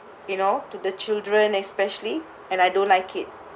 you know to the children especially and I don't like it